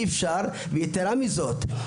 יתרה מזאת,